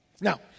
Now